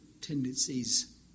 tendencies